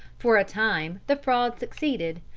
for a time the fraud succeeded,